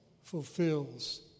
fulfills